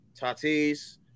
Tatis